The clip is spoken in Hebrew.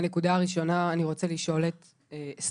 הנקודה הראשונה: אני רוצה לשאול את אסתר,